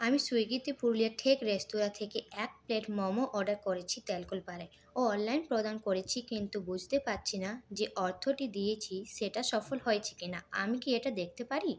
আমি সুইগিতে পুরুলিয়ার ঠেক রেস্তোরাঁ থেকে এক প্লেট মোমো অর্ডার করেছি ত্যালকলপারে ও অনলাইন প্রদান করেছি কিন্তু বুঝতে পারছি না যে অর্থটি দিয়েছি সেটা সফল হয়েছে কিনা আমি কি এটা দেখতে পারি